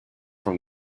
from